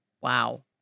Wow